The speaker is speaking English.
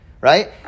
right